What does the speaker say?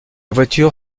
voiture